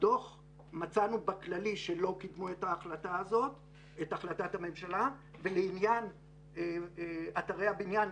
בדוח מצאנו בכללי שלא קידמו את החלטת הממשלה לעניין אתרי הבניין.